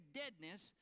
deadness